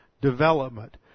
development